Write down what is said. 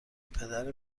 پدر